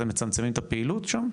אתם מצמצמים את הפעילות שם?